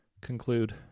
Conclude